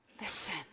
listen